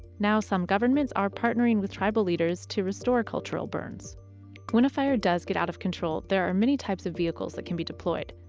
now some governments are partnering with tribal leaders to restore cultural burns when a fire does get out of control. there are many types of vehicles that can be deployed.